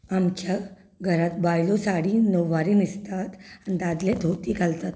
आमच्या घरांत बायलो साडी नववारी न्हेसतात आनी दादले धोती घालतात